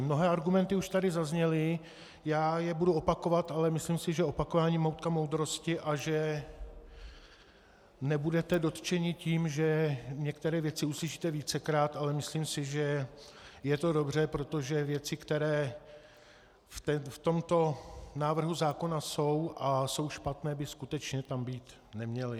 Mnohé argumenty tady zazněly, já je budu opakovat, ale myslím si, že opakování je matka moudrosti a že nebudete dotčeni tím, že některé věci uslyšíte vícekrát, ale myslím si, že je to dobře, protože věci, které v tomto návrhu zákona jsou a jsou špatné, by skutečně tam být neměly.